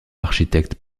architecte